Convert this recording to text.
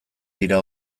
dira